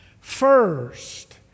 First